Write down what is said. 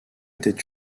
était